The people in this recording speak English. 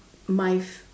my fa~